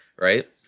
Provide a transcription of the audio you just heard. right